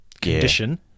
condition